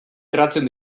erratzen